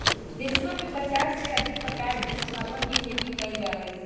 देशवन में पचास से अधिक प्रकार के मसालवन के खेती कइल जा हई